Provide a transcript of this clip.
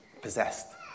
possessed